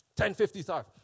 10.55